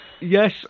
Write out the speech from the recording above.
Yes